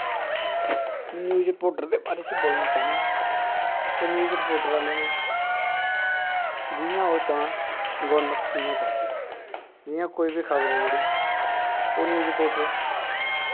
news reporter आह्ले दे बारे च बोलना चाहन्नां न्यूज़ रपोर्टर आह्ले न जियां ओह् चाह्न गौरमैंट इ'यां करदी ऐ जियां कोई बी खबर ऐ जेह्ड़ी ओह् न्यूज़ रपोर्टर